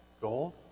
gold